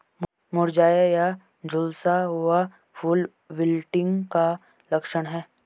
मुरझाया या झुलसा हुआ फूल विल्टिंग का लक्षण है